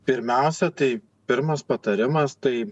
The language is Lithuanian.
pirmiausia tai pirmas patarimas tai